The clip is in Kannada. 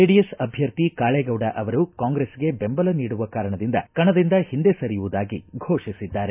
ಜೆಡಿಎಸ್ ಅಭ್ಯರ್ಥಿ ಕಾಳೇಗೌಡ ಅವರು ಕಾಂಗ್ರೆಸ್ಗೆ ಬೆಂಬಲ ನೀಡುವ ಕಾರಣದಿಂದ ಕಣದಿಂದ ಹಿಂದೆ ಸರಿಯುವುದಾಗಿ ಘೋಷಿಸಿದ್ದಾರೆ